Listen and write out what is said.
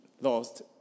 lost